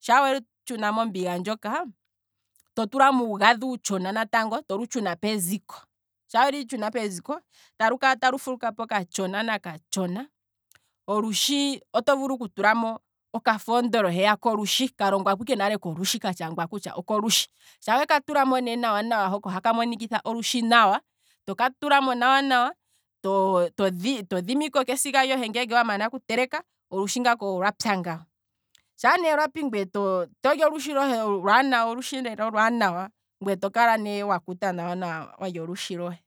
shaa welu tshuna mombiga ndjoka, to tulamo uugadhi uutshona natango tolu tshuna peziko, shaa welu tshuna peziko, talu kala talu fuluka katshona nakatshona, olushi oto vulu oku tulamo oka foondola heya kolushi, keliko kalongwa kolushi, katshangwa nale kutya oko lushi, shaa weka tulamo nawa nawa, ohaka monikitha olushi nawa, toka tulamo nawa nawa, to- to- to dhimiko kesiga lyohe ngeenge wa mana oku teleka, olushi ngaka olwapya nga, shaa ne lwapi. ngwee toli olushi lohe olwaanawa olushi lela olwaanawa, ngweye tokala ne wakuta walya olushi lohe.